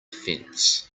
fence